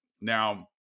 Now